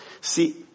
See